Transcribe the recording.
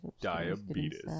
Diabetes